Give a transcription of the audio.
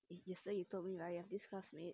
is yesterday you told me right you have this classmate